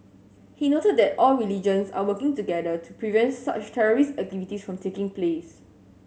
he noted that all religions are working together to prevent such terrorist activities from taking place